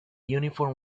uniform